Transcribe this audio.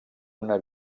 una